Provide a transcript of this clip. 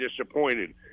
disappointed